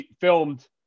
filmed